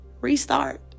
restart